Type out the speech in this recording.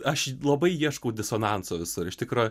aš labai ieškau disonanso visur iš tikro